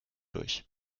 durch